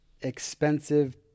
expensive